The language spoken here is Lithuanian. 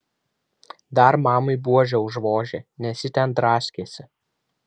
dar mamai buože užvožė nes ji ten draskėsi